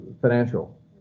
financial